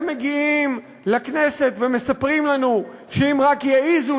הם מגיעים לכנסת ומספרים לנו שאם רק יעזו